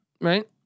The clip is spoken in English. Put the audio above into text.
right